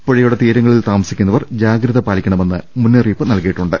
പുഴയുടെ തീരങ്ങളിൽ താമസിക്കുന്നവർ ജാഗ്രത പാലിക്കണമെന്ന് മുന്നറിയിപ്പ് നൽകിയിട്ടുണ്ട്